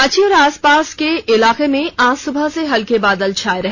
रांची और आसपास के इलाके में आज सुबह से हल्के बादल छाये रहे